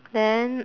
then